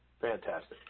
Fantastic